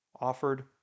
offered